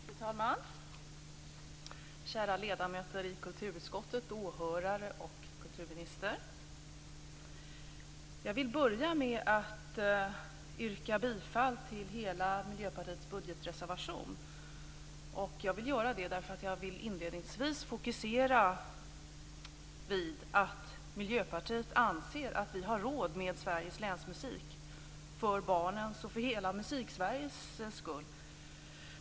Fru talman! Kära ledamöter i kulturutskottet, åhörare och kulturminister! Jag börjar med att yrka bifall till Miljöpartiets budgetreservation i dess helhet. Jag gör det därför att jag inledningsvis vill fokusera på, som vi i Miljöpartiet anser, det faktum att vi har råd med Sveriges länsmusik för barnens och hela Musiksveriges skull.